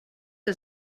que